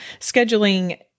scheduling